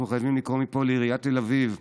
אנחנו חייבים לקרוא מפה לעיריית תל אביב,